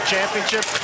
Championship